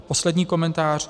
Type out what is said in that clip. Poslední komentář.